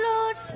Lord